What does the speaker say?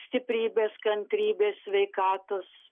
stiprybės kantrybės sveikatos